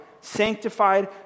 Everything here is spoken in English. sanctified